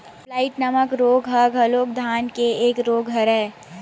blight नामक रोग ह घलोक धान के एक रोग हरय